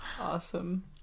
Awesome